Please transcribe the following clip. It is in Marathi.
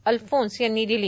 अलफोन्स यांनी दिली